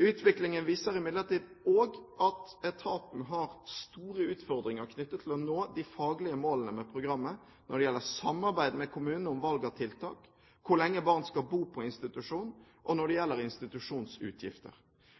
Utviklingen viser imidlertid også at etaten har store utfordringer knyttet til å nå de faglige målene med programmet når det gjelder samarbeid med kommunene om valg av tiltak, hvor lenge barn skal bo på institusjon, og når det gjelder institusjonsutgifter.